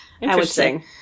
interesting